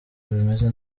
bimeze